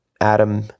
Adam